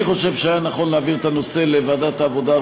אני חושב שהיה נכון להעביר את הנושא לוועדת העבודה,